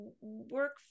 work